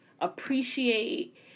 appreciate